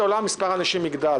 בהתאם לסעיף 1 לחוק החסינות,